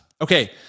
Okay